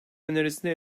önerisini